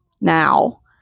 Now